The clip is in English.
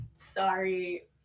Sorry